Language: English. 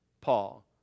Paul